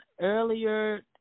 earlier